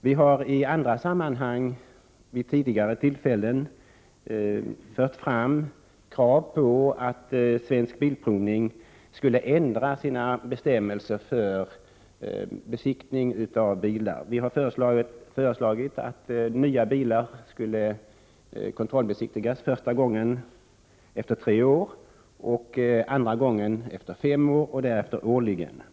Vi har tidigare i andra sammanhang framfört krav på att Svensk Bilprovning skulle ändra sina bestämmelser för besiktning av bilar. Vi har föreslagit att nya bilar skulle kontrollbesiktigas första gången efter tre år, andra efter fem år och därefter årligen.